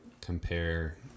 compare